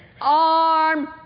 Arm